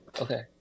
Okay